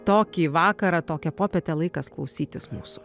tokį vakarą tokią popietę laikas klausytis mūsų